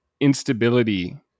instability